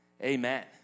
Amen